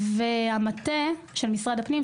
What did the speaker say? והמטה של משרד הפנים,